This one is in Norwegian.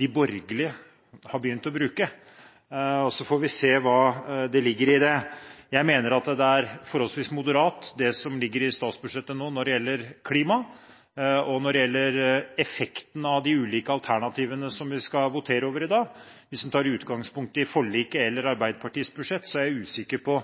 de borgerlige har begynt å bruke. Vi får se hva som ligger i det. Jeg mener det er forholdsvis moderat, det som ligger i statsbudsjettet nå når det gjelder klima. Når det gjelder effekten av de ulike alternativene som vi skal votere over i dag: Hvis en tar utgangspunkt i forliket eller i Arbeiderpartiets budsjett, er jeg usikker på